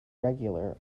regular